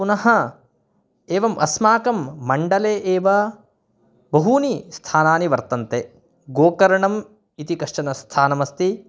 पुनः एवम् अस्माकं मण्डले एव बहूनि स्थानानि वर्तन्ते गोकर्णम् इति कश्चन स्थानमस्ति